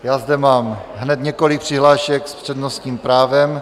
Já zde mám hned několik přihlášek s přednostním právem.